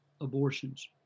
abortions